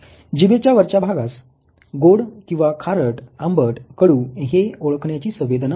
जिभेच्या वरच्या भागास गोड किंवा खारट आंबट कडू हे ओळखण्याची संवेदना असते